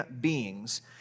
beings